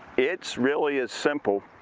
it's really as simple